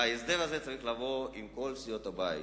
וההסדר הזה צריך לבוא עם כל סיעות הבית.